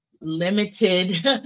limited